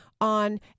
on